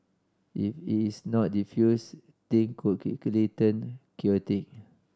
if it is not defused thing could quickly turn chaotic